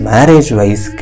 Marriage-wise